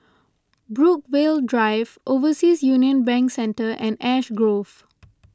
Brookvale Drive Overseas Union Bank Centre and Ash Grove